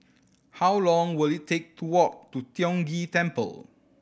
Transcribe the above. how long will it take to walk to Tiong Ghee Temple